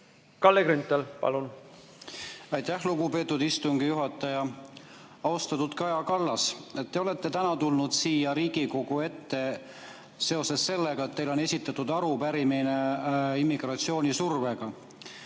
vääriliseks. Aitäh, lugupeetud istungi juhataja! Austatud Kaja Kallas! Te olete täna tulnud siia Riigikogu ette seoses sellega, et teile on esitatud arupärimine immigratsioonisurve